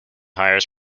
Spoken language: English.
hires